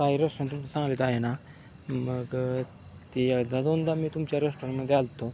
काही रेस्टॉरंट तुम्ही चांगलेत आहे ना मग ते अर्धा दोनदा मी तुमच्या रेस्टॉरंटमदे आलतो